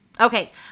Okay